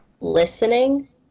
listening